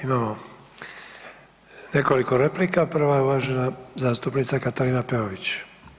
Imamo nekoliko replika, prva je uvažena zastupnica Katarina Peović.